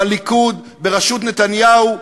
בליכוד בראשות נתניהו,